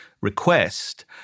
request